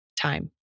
time